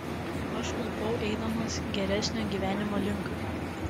aš klupau eidamas geresnio gyvenimo link